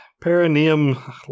perineum